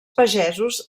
pagesos